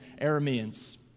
Arameans